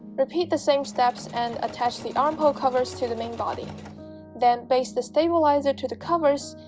repeat the same steps and attach the armhole covers to the main body then baste the stabilizer to the covers